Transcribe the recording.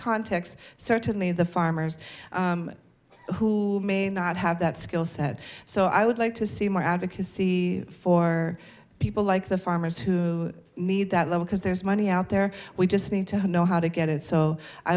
context certainly the farmers who may not have that skill set so i would like to see more advocacy for people like the farmers who need that level because there's money out there we just need to know how to get it so